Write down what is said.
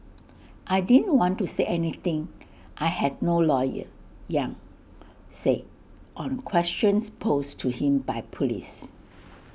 I didn't want to say anything I had no lawyer yang said on questions posed to him by Police